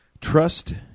Trust